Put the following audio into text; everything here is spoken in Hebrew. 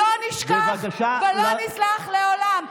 לא נשכח ולא נסלח לעולם.